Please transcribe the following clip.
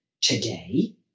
today